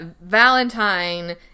Valentine